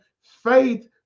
faith